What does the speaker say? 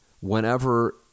whenever